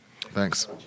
Thanks